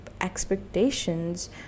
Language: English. expectations